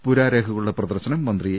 പുരാരേഖകളുടെ പ്രദർശനം മന്ത്രി എ